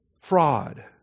Fraud